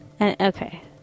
Okay